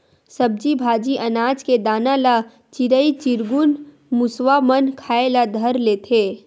सब्जी भाजी, अनाज के दाना ल चिरई चिरगुन, मुसवा मन खाए ल धर लेथे